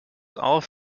auf